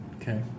Okay